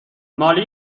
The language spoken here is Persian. مالی